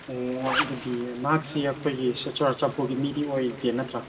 ꯑꯣ ꯑꯗꯨꯗꯤ ꯅꯍꯥꯛꯁꯦ ꯑꯩꯈꯣꯏꯒꯤ ꯆꯨꯔꯥꯆꯥꯟꯄꯨꯔꯒꯤ ꯃꯤꯗꯤ ꯑꯣꯏꯗꯦ ꯅꯠꯇ꯭ꯔꯥ